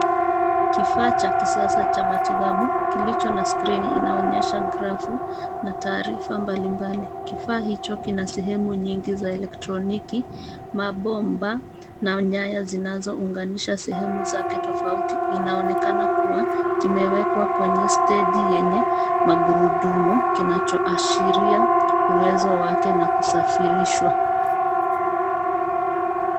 Kifaa cha kisasa cha matibabu kilicho na skrini inaonyesha grafu na taarifa mbalimbali. Kifaa hicho kina sehemu nyingi za electroniki, mabomba na nyaya zinazounganisha sehemu zake tofauti. Inaonekana kuwa kimewekwa kwenye stendi yenye magurudumu kinachoashiria uwezo wake na kusafirishwa.